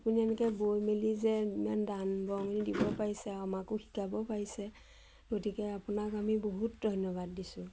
আপুনি এনেকৈ বৈ মেলি যে ইমান দান বৰঙণি দিব পাৰিছে আমাকো শিকাব পাৰিছে গতিকে আপোনাক আমি বহুত ধন্যবাদ দিছোঁ